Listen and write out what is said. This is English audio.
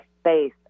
space